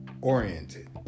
oriented